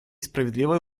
справедливое